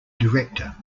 director